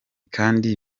kandi